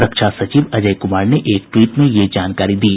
रक्षा सचिव अजय कुमार ने एक ट्वीट में ये जानकारी दी